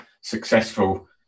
successful